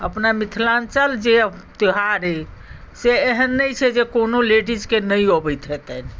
अपना मिथिलाञ्चल जे त्यौहार अइ से एहन नहि छै जे कोनो लेडिजकेँ नहि अबैत हेतनि